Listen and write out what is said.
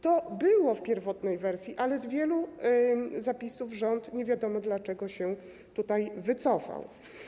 To było w pierwotnej wersji, ale z wielu zapisów rząd, nie wiadomo dlaczego, się wycofał.